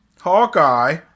Hawkeye